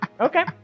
okay